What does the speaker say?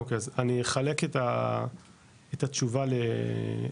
;אוקי, אז אני אחלק את התשובה, כאילו,